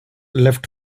left